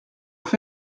vous